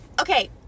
Okay